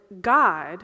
God